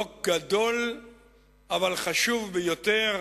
לא גדול אבל חשוב ביותר